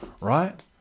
right